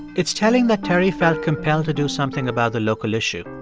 it's telling that terry felt compelled to do something about the local issue.